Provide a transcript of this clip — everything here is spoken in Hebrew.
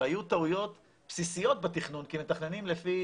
והיו טעויות בסיסיות בתכנון כי מתכננים לפי